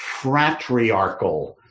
fratriarchal